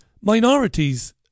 Minorities